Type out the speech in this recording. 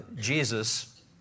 Jesus